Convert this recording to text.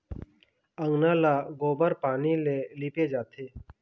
अंगना ल गोबर पानी ले लिपे जाथे